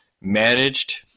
managed